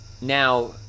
Now